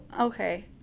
okay